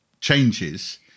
changes